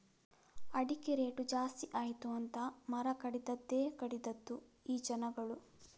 ಅಡಿಕೆ ರೇಟು ಜಾಸ್ತಿ ಆಯಿತು ಅಂತ ಮರ ಕಡಿದದ್ದೇ ಕಡಿದದ್ದು ಈ ಜನಗಳು